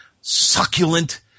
succulent